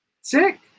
sick